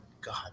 God